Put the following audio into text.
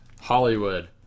Hollywood